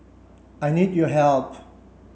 I need your help